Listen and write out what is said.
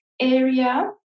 area